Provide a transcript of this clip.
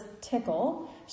Tickle